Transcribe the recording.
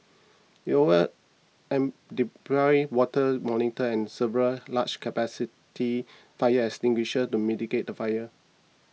it over an deployed water monitors and several large capacity fire extinguishers to mitigate the fire